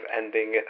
ending